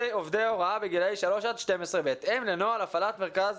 עובדי הוראה בגילאי 3 12 בהתאם לנוהל הפעלת מרכז